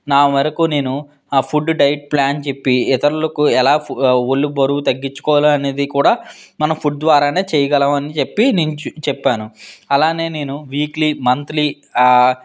నా వరకు నేను ఫుడ్ డైట్ ప్లాన్ చెప్పి ఇతరులకు ఎలా ఒళ్ళు బరువు తగ్గించుకోవాలి అనేది కూడా మన ఫుడ్ ద్వారా చేయగలం అని చెప్పి నేను చెప్పాను అలానే నేను వీక్లీ మంత్లీ